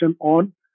on